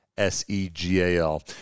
S-E-G-A-L